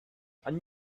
and